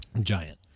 Giant